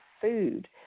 food